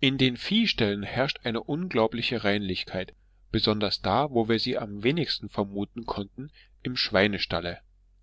in den viehställen herrscht eine unglaubliche reinlichkeit besonders da wo wir sie am wenigstens vermuten konnten im schweinestalle